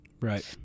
Right